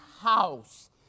house